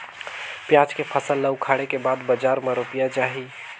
पियाज के फसल ला उखाड़े के बाद बजार मा रुपिया जाही?